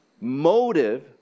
motive